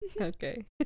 Okay